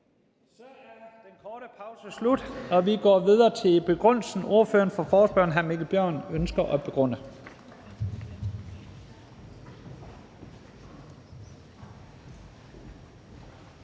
Så er den korte pause slut, og vi går videre til begrundelsen. Ordføreren for forespørgerne, hr. Mikkel Bjørn, ønsker at begrunde.